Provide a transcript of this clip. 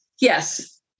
Yes